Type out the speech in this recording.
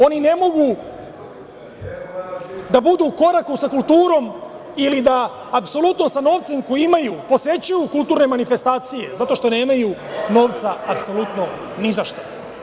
Oni ne mogu da budu u koraku sa kulturom ili da apsolutno sa novcem koji imaju posećuju kulturne manifestacije, zato što nemaju novca apsolutno nizašta.